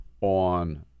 on